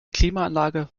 klimaanlage